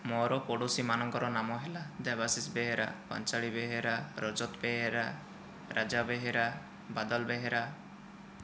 ମୋର ପଡ଼ୋଶୀ ମାନଙ୍କ ନାମ ହେଲା ଦେବାଶିଷ ବେହେରା ପାଞ୍ଚାଳୀ ବେହେରା ରଜତ ବେହେରା ରାଜା ବେହେରା ବାଦଲ ବେହେରା